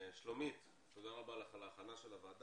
שלומית, תודה רבה לך על ההכנה לישיבה.